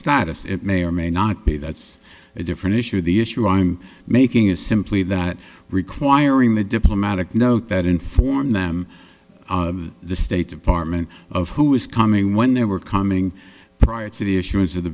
status it may or may not be that's a different issue the issue i'm making is simply that requiring the diplomatic note that informed them the state department of who is coming when they were coming prior to the issuance of the